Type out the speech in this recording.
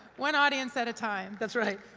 one audience at a time. that's right.